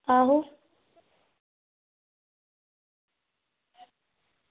आहो